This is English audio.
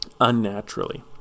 unnaturally